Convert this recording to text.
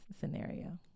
scenario